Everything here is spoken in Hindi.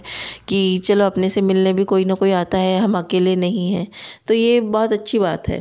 कि चलो अपने से मिलने भी कोई न कोई आता है हम अकेले नहीं है तो यह बहुत अच्छी बात है